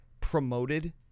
promoted